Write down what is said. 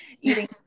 eating